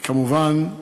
וכמובן,